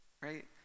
right